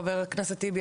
חבר הכנסת טיבי,